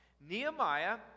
Nehemiah